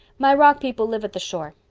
my rock people live at the shore.